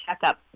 checkup